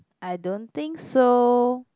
I don't think so